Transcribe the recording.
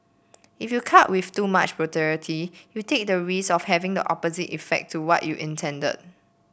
if you cut with too much brutality you take the risk of having the opposite effect to what you intended